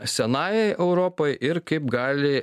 senajai europai ir kaip gali